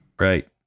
Right